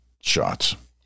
shots